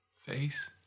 face